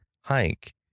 hike